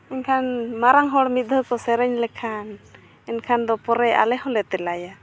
ᱮᱱᱠᱷᱟᱱ ᱢᱟᱨᱟᱝ ᱦᱚᱲ ᱢᱤᱫ ᱫᱷᱟᱣ ᱠᱚ ᱥᱮᱨᱮᱧ ᱞᱮᱠᱷᱟᱱ ᱮᱱᱠᱷᱟᱱ ᱫᱚ ᱯᱚᱨᱮ ᱟᱞᱮ ᱦᱚᱸᱞᱮ ᱛᱮᱞᱟᱭᱟ